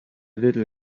little